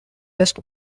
west